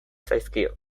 zaizkio